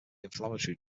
inflammatory